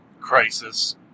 crisis